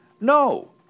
No